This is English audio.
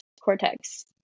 cortex